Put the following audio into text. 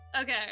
Okay